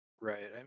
Right